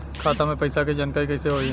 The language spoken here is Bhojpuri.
खाता मे पैसा के जानकारी कइसे होई?